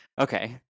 okay